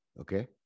Okay